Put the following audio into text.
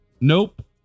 nope